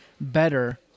better